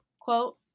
quote